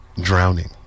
drowning